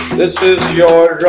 this is your